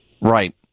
Right